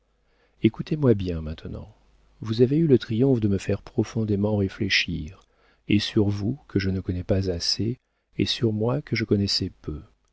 écoutez-moi bien maintenant vous avez eu le triomphe de me faire profondément réfléchir et sur vous que je ne connais pas assez et sur moi que je connaissais peu